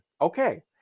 Okay